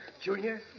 Junior